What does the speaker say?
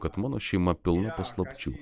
kad mano šeima pilna paslapčių